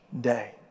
day